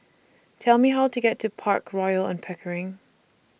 Tell Me How to get to Park Royal on Pickering